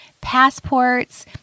passports